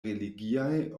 religiaj